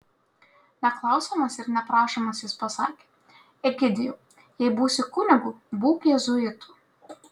neklausiamas ir neprašomas jis pasakė egidijau jei būsi kunigu būk jėzuitu